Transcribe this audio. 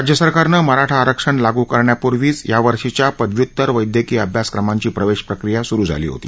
राज्य सरकारने मराठा आरक्षण लागू करण्यापूर्वीच यावर्षीच्या पदव्युत्तर वैद्यकीय अभ्यासक्रमांची प्रवेश प्रक्रिया सुरु झाली होती